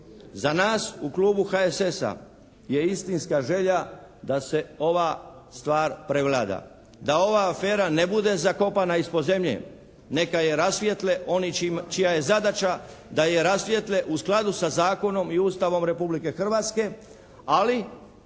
Za nas u klubu HSS-a je istinska želja da se ova stvar prevlada, da ova afera ne bude zakopana ispod zemlje, neka je rasvijetle oni čija je zadaća da je rasvijetle u skladu sa zakonom i Ustavom Republike Hrvatske ali